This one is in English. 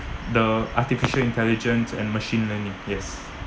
the artificial intelligence and machine learning yes